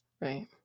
Right